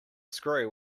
screw